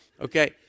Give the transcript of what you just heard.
Okay